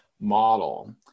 model